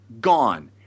gone